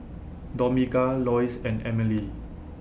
Dominga Lois and Emelie